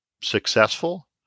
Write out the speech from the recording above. successful